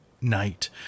night